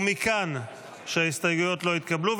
מכאן שההסתייגויות לא התקבלו,